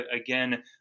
again